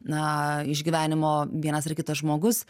na iš gyvenimo vienas ar kitas žmogus